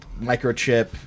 Microchip